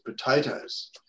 potatoes